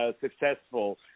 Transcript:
successful